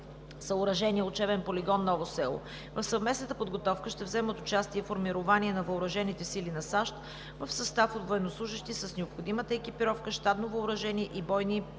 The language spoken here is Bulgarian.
съоръжение учебен полигон „Ново село“. В съвместната подготовка ще вземат участие формирования на въоръжените сили на САЩ в състав от военнослужещи с необходимата екипировка, щатно въоръжение и бойни припаси,